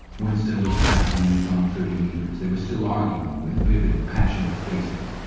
winston looked back when he had gone thirty metres. they were still arguing, with vivid, passionate faces.